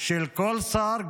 של כל שר,